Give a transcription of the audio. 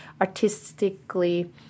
artistically